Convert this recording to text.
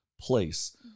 place